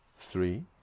three